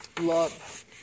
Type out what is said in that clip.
love